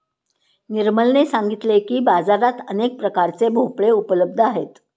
निर्मलने सांगितले की, बाजारात अनेक प्रकारचे भोपळे उपलब्ध आहेत